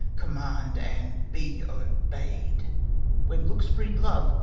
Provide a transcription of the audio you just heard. command and be obey'd when looks breed love,